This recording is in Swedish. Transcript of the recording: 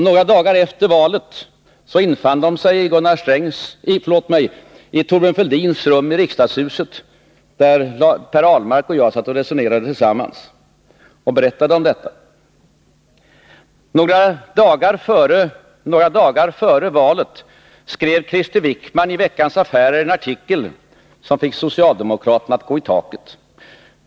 Några dagar efter valet infann de sig i Thorbjörn Fälldins rum i riksdagshuset, där Per Ahlmark och jag satt och resonerade tillsammans, och berättade om detta. Några dagar före valet skrev Krister Wickman i Veckans Affärer en artikel som fick socialdemokraterna att gå i taket.